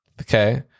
Okay